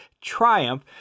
triumph